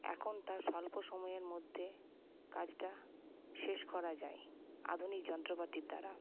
এখন তার স্বল্প সময়ের মধ্যে কাজটা শেষ করা যায় আধুনিক যন্ত্রপাতির দ্বারা